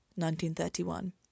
1931